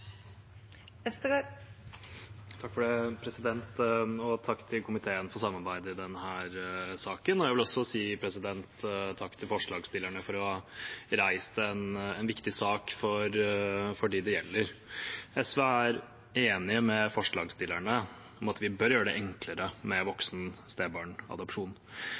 til komiteen for samarbeidet i denne saken. Jeg vil også si takk til forslagsstillerne for å ha reist en viktig sak for dem det gjelder. SV er enige med forslagsstillerne i at vi bør gjøre det enklere med voksen